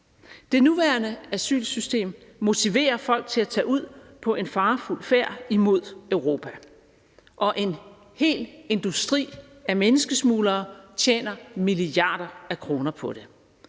Det nuværende asylsystem motiverer folk til at tage ud på en farefuld færd imod Europa, og en hel industri af menneskesmuglere tjener milliarder af kroner på det.